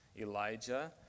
Elijah